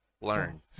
learn